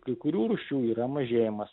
kai kurių rūšių yra mažėjimas